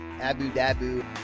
Abu-dabu